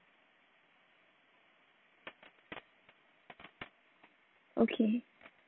okay